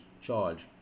charge